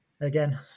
Again